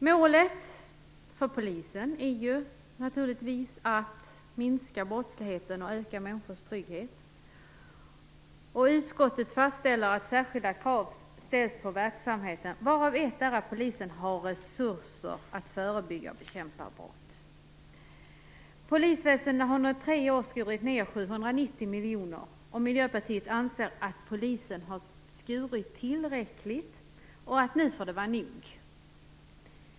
Målet för polisen är naturligtvis att minska brottsligheten och öka människors trygghet. Utskottet fastställer att särskilda krav ställs på verksamheten. Ett av dessa krav är att polisen har resurser för att förebygga och bekämpa brott. Polisväsendet har under tre år skurit ned 790 miljoner. Miljöpartiet anser att polisen har skurit tillräckligt och att det nu får vara nog.